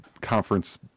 conference